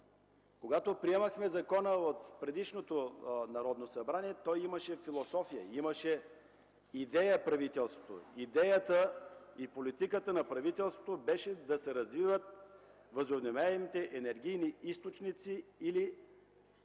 Когато приемахме закона в предишното Народно събрание, той имаше философия, правителството имаше идея. Идеята и политиката на правителството беше да се развиват възобновяемите енергийни източници, така